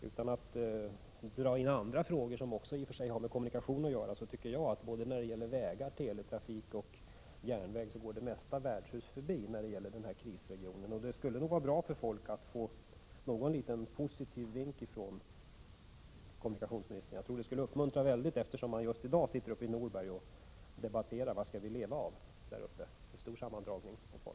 Utan att dra in andra frågor, som i och för sig också har med kommunikation att göra, tycker jag att beträffande både vägar, teletrafik och järnväg går det mesta värdshus förbi när det gäller den här krisregionen. Det skulle nog vara bra för folk att få någon liten positiv vink från kommunikationsministern. Jag tror att det skulle uppmuntra i hög grad, eftersom i dag en stor sammandragning av folk uppe i Norberg debatterar och frågar sig: Vad skall vi leva av?